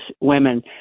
women